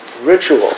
ritual